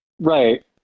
Right